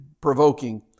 provoking